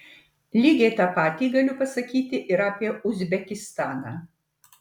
lygiai tą patį galiu pasakyti ir apie uzbekistaną